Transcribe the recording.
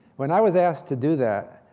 when i was asked to do that,